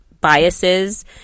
biases